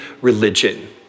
religion